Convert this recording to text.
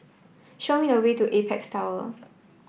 show me the way to Apex Tower